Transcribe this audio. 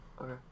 Okay